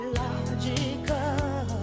logical